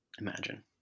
imagine